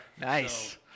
Nice